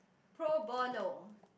pro bono